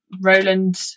Roland